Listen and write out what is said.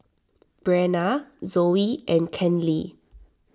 Brenna Zoey and Kenley